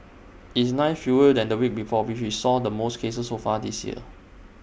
IT is nine fewer than the week before which saw the most cases so far this year